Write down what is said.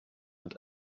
mit